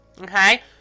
okay